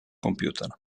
computer